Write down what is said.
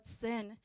sin